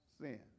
sin